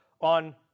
on